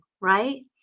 Right